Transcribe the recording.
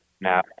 now